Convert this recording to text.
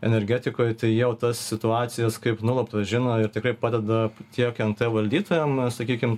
energetikoj tai jie jau tas situacijas kaip nuluptas žino ir tikrai padeda tiek nt valdytojam sakykim